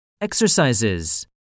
Exercises